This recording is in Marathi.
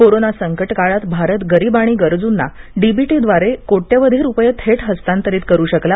कोरोना संकट काळात भारत गरीब आणि गरजूंना डी बी टी द्वारे कोट्यवधी रुपये थेट हस्तांतरीत करू शकला